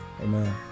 Amen